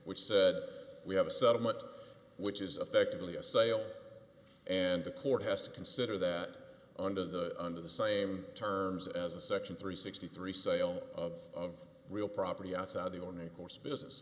which said we have a settlement which is affectively a sale and the court has to consider that under the under the same terms as a section three sixty three sale of real property outside the ordinary course of business